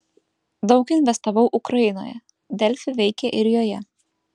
daug investavau ukrainoje delfi veikia ir joje